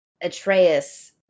Atreus